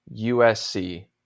USC